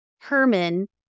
Herman